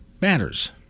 matters